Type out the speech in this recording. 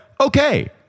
okay